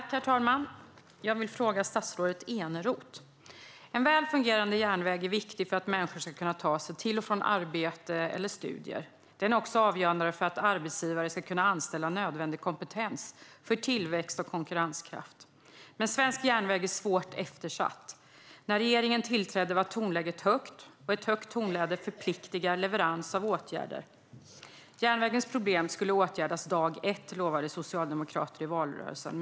Herr talman! Jag vill ställa en fråga till statsrådet Eneroth. En väl fungerande järnväg är viktig för att människor ska kunna ta sig till och från arbete eller studier. Den är också avgörande för att arbetsgivare ska kunna anställa nödvändig kompetens för tillväxt och konkurrenskraft. Men svensk järnväg är svårt eftersatt. När regeringen tillträdde var tonläget högt, och ett högt tonläge förpliktar leverans av åtgärder. Järnvägens problem skulle åtgärdas dag ett lovade socialdemokrater i valrörelsen.